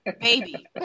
baby